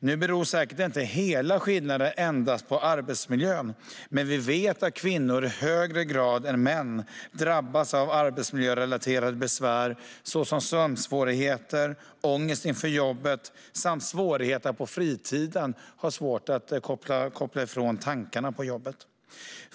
Nu beror säkert inte hela skillnaden endast på arbetsmiljön, men vi vet att kvinnor i högre grad än män drabbas av arbetsmiljörelaterade besvär såsom sömnsvårigheter, ångest inför jobbet och svårigheter att på fritiden koppla bort tankarna på jobbet.